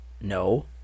No